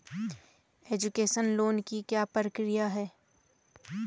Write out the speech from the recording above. Education loan की क्या प्रक्रिया है?